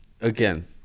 again